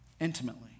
intimately